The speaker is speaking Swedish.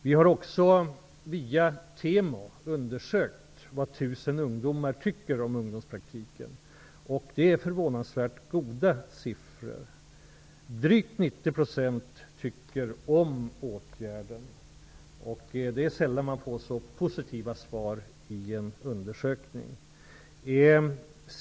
Vi har via TEMO undersökt vad Resultatet visar på förvånansvärt goda siffror. Drygt 90 % tycker om denna åtgärd. Det är sällan man får så positiva svar i en undersökning.